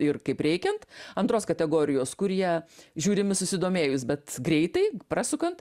ir kaip reikiant antros kategorijos kurie žiūrimi susidomėjus bet greitai prasukant